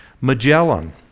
Magellan